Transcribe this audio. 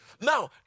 Now